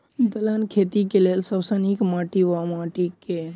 दलहन खेती केँ लेल सब सऽ नीक माटि वा माटि केँ?